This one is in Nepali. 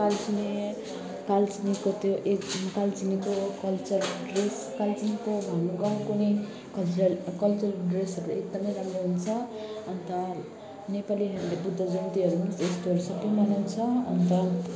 कालचिनी कालचिनीको त्यो ए कालचिनीको कल्चरल ड्रेस कालचिनीको हाम्रो गाउँको नि कल्चरल कल्चरल ड्रेसहरू एकदमै राम्रो हुन्छ अन्त नेपालीहरूले बुद्ध जयन्तीहरू पनि त्यस्तोहरू सबै मनाउँछ अन्त